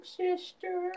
sister